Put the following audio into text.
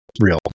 real